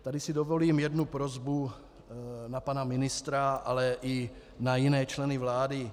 Tady si dovolím jednu prosbu na pana ministra, ale i na jiné členy vlády.